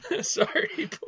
sorry